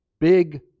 big